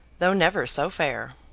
though never so fair!